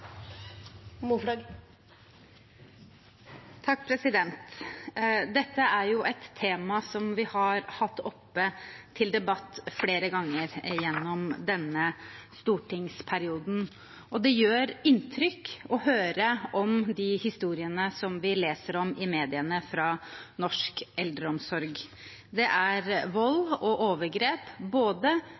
et tema vi har hatt oppe til debatt flere ganger gjennom denne stortingsperioden, og det gjør inntrykk å høre de historiene vi leser om i media fra norsk eldreomsorg. Det er vold og overgrep, mellom både